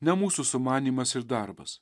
ne mūsų sumanymas ir darbas